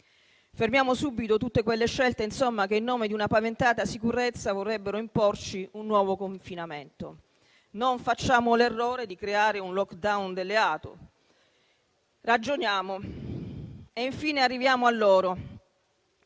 Fermiamo subito tutte quelle scelte che, in nome di una paventata sicurezza, vorrebbero imporci un nuovo confinamento. Non facciamo l'errore di creare un *lockdown* delle auto, ma ragioniamo. Infine arriviamo a loro,